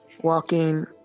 walking